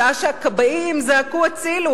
שעה שהכבאים זעקו הצילו,